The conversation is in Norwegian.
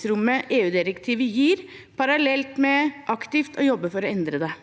som EU-direktivet gir, parallelt med aktivt å jobbe for å endre det.